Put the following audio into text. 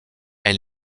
elle